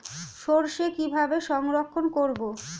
সরষে কিভাবে সংরক্ষণ করব?